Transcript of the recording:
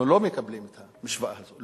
אנחנו לא מקבלים את המשוואה הזאת.